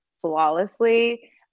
flawlessly